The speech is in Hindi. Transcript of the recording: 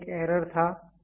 अगला एक एरर था